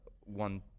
one